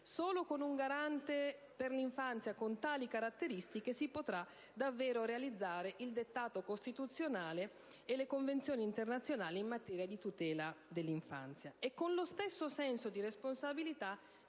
Solo prevedendo un Garante dell'infanzia che abbia tali caratteristiche si potrà davvero realizzare il dettato costituzionale e le convenzioni internazionali in materia di tutela dell'infanzia. Con lo stesso senso di responsabilità